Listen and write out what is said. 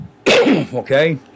okay